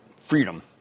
freedom